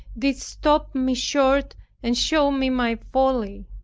didst stop me short and showed me my folly.